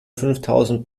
fünftausend